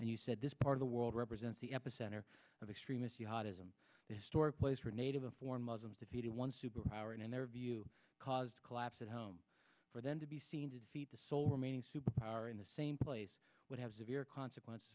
and you said this part of the world represents the epicenter of extremist islam the story place for native a for muslims defeated one superpower and in their view caused a collapse at home for them to be seen to defeat the sole remaining superpower in the same place would have severe consequences